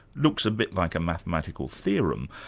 looks a bit like a mathematical theorem,